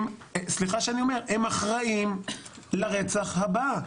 סליחה שאני אומר, הם אחראים לרצח הבא.